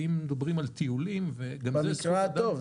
ואם מדברים על טיולים וגם זה סוג --- במקרה הטוב,